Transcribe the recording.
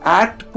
act